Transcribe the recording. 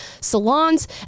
salons